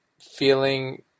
feeling